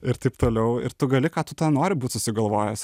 ir taip toliau ir tu gali ką tu ten nori būt susigalvojęs